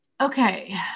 Okay